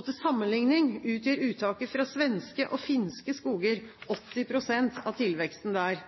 Til sammenligning utgjør uttaket fra svenske og finske skoger 80 pst. av tilveksten der.